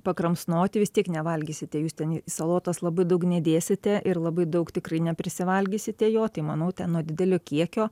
pakramsnoti vis tiek nevalgysite jūs ten į salotas labai daug nedėsite ir labai daug tikrai neprisivalgysite jo tai manau ten nuo didelio kiekio